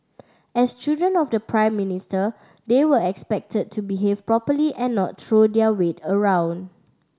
as children of the Prime Minister they were expected to behave properly and not throw their weight around